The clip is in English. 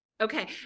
Okay